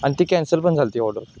आणि ती कॅन्सल पण झाली होती ऑर्डर